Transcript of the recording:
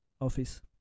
office